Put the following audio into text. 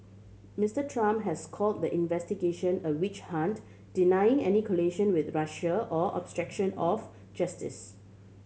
Mister Trump has call the investigation a witch hunt denying any collusion with Russia or obstruction of justice